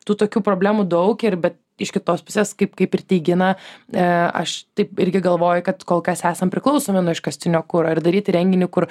tų tokių problemų daug ir bet iš kitos pusės kaip kaip ir tai gina aš taip irgi galvoju kad kol kas esam priklausomi nuo iškastinio kuro ir daryti renginį kur